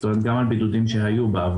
זאת אומרת גם על בידודים שהיו בעבר.